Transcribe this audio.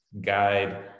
guide